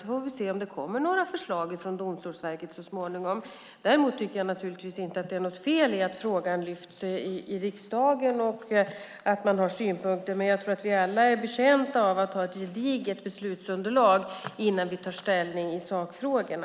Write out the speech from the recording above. Vi får se om det kommer några förslag från Domstolsverket så småningom. Däremot tycker jag naturligtvis inte att det är något fel i att frågan lyfts fram i riksdagen och att man har synpunkter på den. Men jag tror att vi alla är betjänta av att ha ett gediget beslutsunderlag innan vi tar ställning i sakfrågorna.